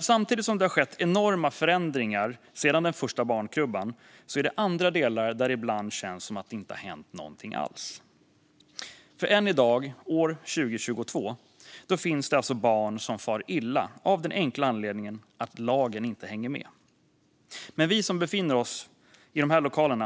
Samtidigt som det har skett enorma förändringar sedan den första barnkrubban finns det andra delar där det ibland känns som att det inte har hänt någonting alls. Än i dag, 2022, finns det nämligen barn som far illa, av den enkla anledningen att lagen inte hänger med. Men vi som befinner oss i dessa lokaler